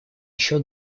еще